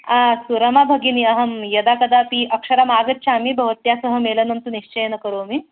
आ सुरमा भगिनि अहं यदा कदापि अक्षरम्मागच्छामि भव त्या सह मेलनं तु निश्चयेन करोमि